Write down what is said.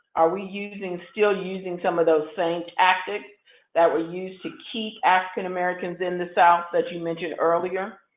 are we using, still using some of those same tactics that were used to keep african americans in the south that you mentioned earlier?